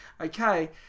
okay